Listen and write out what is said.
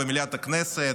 במליאת הכנסת,